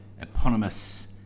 eponymous